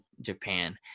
Japan